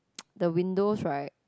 the windows right